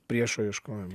priešo ieškojimai